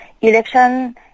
election